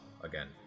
again